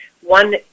One